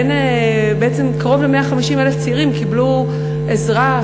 וקרוב ל-150,000 צעירים קיבלו עזרה,